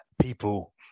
people